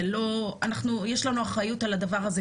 כנראה שיש לנו אחריות על הדבר הזה,